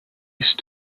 ace